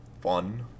fun